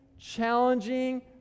challenging